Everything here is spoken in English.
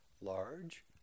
large